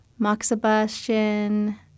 moxibustion